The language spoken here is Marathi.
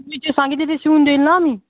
ती ते सांगितले तर ते शिवून देईल ना मी